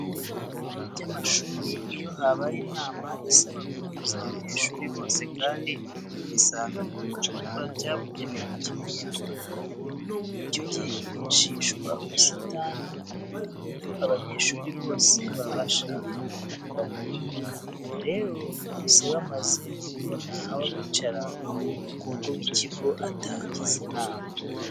Mu bigo by'amashuri iyo habaye inama isaba guhuza abanyeshuri bose kandi ugasanga nta cyumba cyabugenewe kinini yakorerwamo, icyo gihe hifashishwa ubusitani ku buryo abanyeshuri bose babasha gukwirwamo. Nyuma rero bose bamaze kubona aho bicara, umukuru w'ikigo atangiza inama.